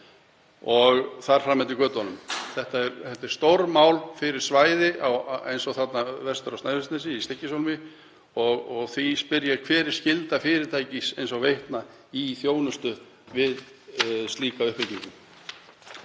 og þar fram eftir götunum. Þetta er stórmál fyrir svæði eins og þarna vestur á Snæfellsnesi, í Stykkishólmi, og því spyr ég: Hver er skylda fyrirtækis eins og Veitna í þjónustu við slíka uppbyggingu?